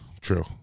true